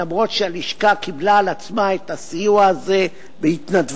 אף-על-פי שהלשכה קיבלה על עצמה את הסיוע הזה בהתנדבות,